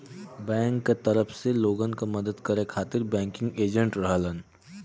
bank क तरफ से लोगन क मदद करे खातिर बैंकिंग एजेंट रहलन